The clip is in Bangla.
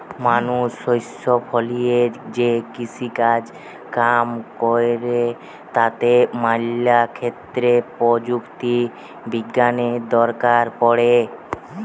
মানুষ শস্য ফলিয়ে যে কৃষিকাজ কাম কইরে তাতে ম্যালা ক্ষেত্রে প্রযুক্তি বিজ্ঞানের দরকার পড়ে